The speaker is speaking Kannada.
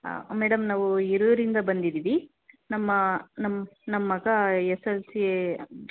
ಮೇಡಮ್ ನಾವು ಹಿರಿಯೂರಿಂದ ಬಂದಿದ್ದೀವಿ ನಮ್ಮ ನಮ್ಮ ನಮ್ಮ ಮಗ ಎಸ್ ಎಲ್ ಸಿ